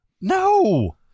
No